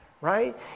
right